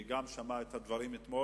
כי הוא גם שמע את הדברים אתמול,